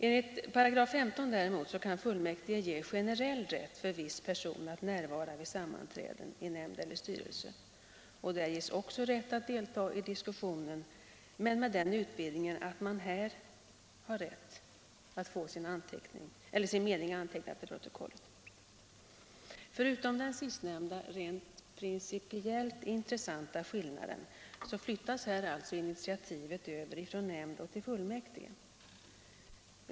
Enligt 15 § däremot kan fullmäktige ge generell rätt för viss person att närvara vid sammanträden i nämnd eller styrelse, och där ges också rätt att delta i diskussionen, men med den utvidgningen att man här har rätt att få egen mening antecknad till protokollet. Förutom den sistnämnda principiellt intressanta skillnaden flyttas där alltså initiativet från nämnd till fullmäktige.